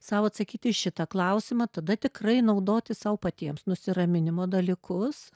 sau atsakyti į šitą klausimą tada tikrai naudotis sau patiems nusiraminimo dalykus